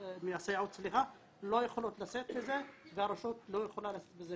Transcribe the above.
הסייעות לא יכולות לשאת את זה והרשות לא יכולה לשאת בזה.